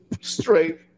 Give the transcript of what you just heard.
straight